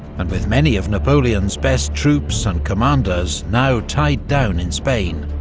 and with many of napoleon's best troops and commanders now tied down in spain,